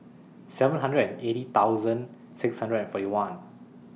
seven hundred and eighty thousand six hundred and forty one